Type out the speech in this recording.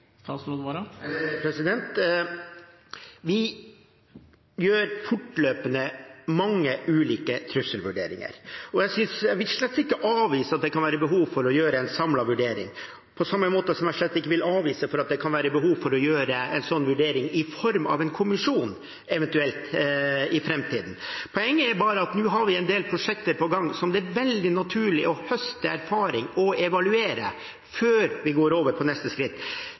Vi gjør forløpende mange ulike trusselvurderinger. Jeg vil slett ikke avvise at det kan være behov for å gjøre en samlet vurdering, på samme måte som jeg slett ikke vil avvise at det kan være behov for å gjøre en sånn vurdering i form av en kommisjon, eventuelt, i framtiden. Poenget er bare at nå har vi en del prosjekter på gang, som det er veldig naturlig å høste erfaring fra og evaluere før vi går over til neste skritt.